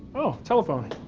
oh, telephone.